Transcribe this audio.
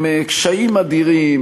עם קשיים אדירים,